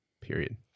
period